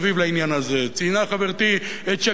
ציינה חברתי את השגריר בארצות-הברית,